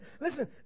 listen